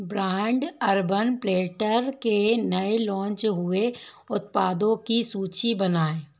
brand urban platter के नए launch हुए उत्पादों की सूची बनाएँ